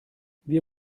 wir